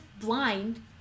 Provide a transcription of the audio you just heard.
blind